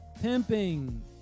pimping